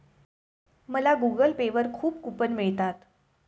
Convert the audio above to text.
मला Google Pay वर खूप कूपन मिळतात